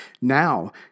Now